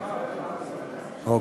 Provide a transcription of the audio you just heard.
אוקיי.